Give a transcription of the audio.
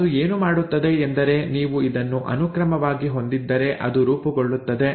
ಅದು ಏನು ಮಾಡುತ್ತದೆ ಎಂದರೆ ನೀವು ಇದನ್ನು ಅನುಕ್ರಮವಾಗಿ ಹೊಂದಿದ್ದರೆ ಅದು ರೂಪುಗೊಳ್ಳುತ್ತದೆ